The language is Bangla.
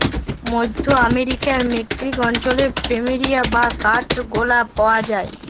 মধ্য আমরিকার মেক্সিক অঞ্চলে প্ল্যামেরিয়া বা কাঠগলাপ পাওয়া যায়